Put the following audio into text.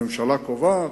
ממשלה קובעת?